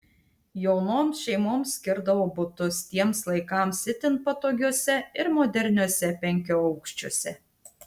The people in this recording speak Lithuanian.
jaunoms šeimoms skirdavo butus tiems laikams itin patogiuose ir moderniuose penkiaaukščiuose